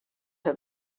her